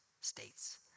states